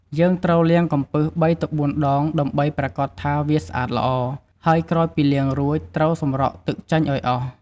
យើងត្រូវលាងកំពឹស៣ទៅ៤ដង ដើម្បីប្រាកដថាវាស្អាតល្អ ហើយក្រោយពីលាងរួច ត្រូវសម្រក់ទឹកចេញឱ្យអស់។